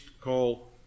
call